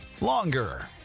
longer